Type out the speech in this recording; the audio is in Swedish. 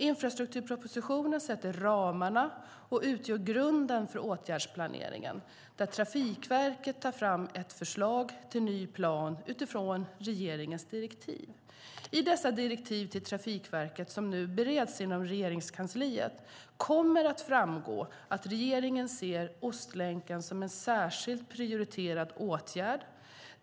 Infrastrukturpropositionen sätter ramarna och utgör grunden för åtgärdsplaneringen, där Trafikverket tar fram ett förslag till ny plan utifrån regeringens direktiv. I dessa direktiv till Trafikverket, som nu bereds inom Regeringskansliet, kommer att framgå att regeringen ser Ostlänken som en särskilt prioriterad åtgärd.